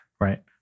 Right